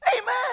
Amen